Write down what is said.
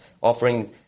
offering